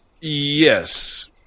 yes